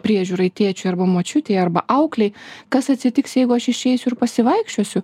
priežiūrai tėčiui arba močiutei arba auklei kas atsitiks jeigu aš išeisiu ir pasivaikščiosiu